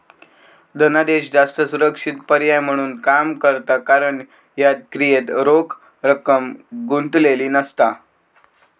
धनादेश जास्त सुरक्षित पर्याय म्हणून काम करता कारण ह्या क्रियेत रोख रक्कम गुंतलेली नसता